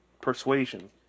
persuasion